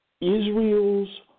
Israel's